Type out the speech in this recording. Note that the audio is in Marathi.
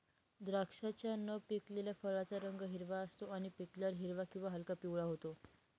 द्राक्षाच्या न पिकलेल्या फळाचा रंग हिरवा असतो आणि पिकल्यावर हिरवा किंवा हलका पिवळा होतो